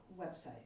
website